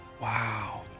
Wow